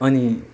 अनि